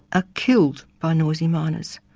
ah killed by noisy miners.